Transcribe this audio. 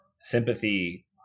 sympathy